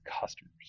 customers